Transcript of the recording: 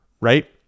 right